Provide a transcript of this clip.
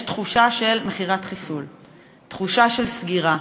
יש תחושה של מכירת חיסול, תחושה של סגירה.